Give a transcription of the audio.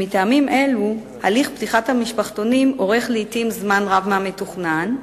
מטעמים אלו הליך פתיחת המשפחתונים אורך לעתים זמן רב מהמתוכנן.